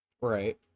Right